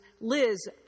Liz